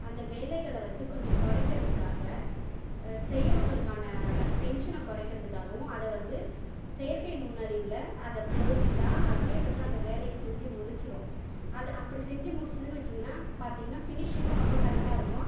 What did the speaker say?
அந்த வேலைகளை வந்து கொஞ்சம் குறைக்கிறதுக்காக செய்கிறவங்களுக்கான டென்ஷனை குறைக்கிறதுக்காகவும் அதை வந்து செயற்கை நுண்ணறிவில் அதை புகுத்திவிட்டா அதுவே வந்து அந்த வேலையை செஞ்சு முடிச்சுடும் அதை அப்படி செஞ்சு முடித்ததுனு வெச்சீங்கன்னா பார்த்தீங்கனா ஃபினிஷிங்கும் ரொம்ப கரெக்டா இருக்கும்